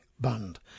band